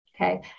okay